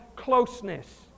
closeness